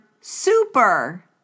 super